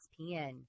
ESPN